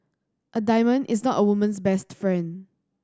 a diamond is not a woman's best friend